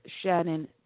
Shannon